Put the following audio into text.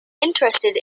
interested